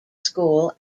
school